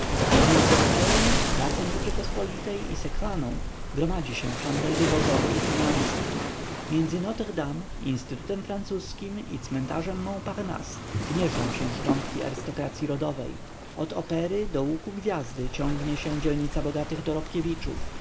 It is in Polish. między operą placem rzeczypospolitej i sekwaną gromadzi się handel wywozowy i finanse między notre-dame instytutem francuskim i cmentarzem mont-parnasse gnieżdżą się szczątki arystokracyi rodowej od opery do łuku gwiazdy ciągnie się dzielnica bogatych